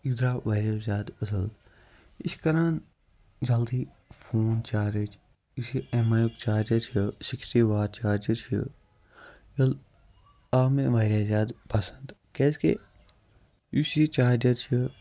یہِ درٛاو واریاہ زیادٕ اصٕل یہِ چھِ کران جلدی فون چارٕج یُس یہِ اٮ۪م آی یُک چارجَر چھُ سِکِسٹی واٹ چارجَر چھُ یہِ آو مےٚ واریاہ زیادٕ پسنٛد کیٛازِ کہِ یُس یہِ چارجَر چھِ